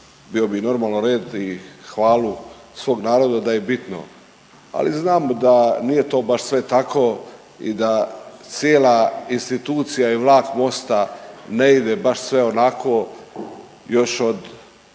bio bi normalno red i hvalu svog naroda da je bitno, ali znamo da nije to baš sve tako i da cijela institucija i vlak Mosta ne ide baš sve onako još od